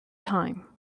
time